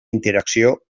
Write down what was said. interacció